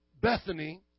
Bethany